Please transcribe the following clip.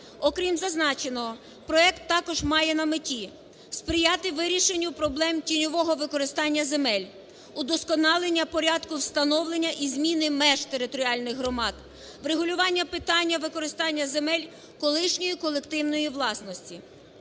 Окрім зазначеного, проект також має на меті сприяти вирішенню проблем тіньового використання земель, удосконалення порядку встановлення і зміни меж територіальних громад, врегулювання питання використання земель колишньої колективної власності.